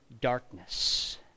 darkness